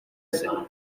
cère